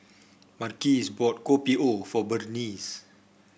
Marques bought Kopi O for Berniece